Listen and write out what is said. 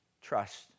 trust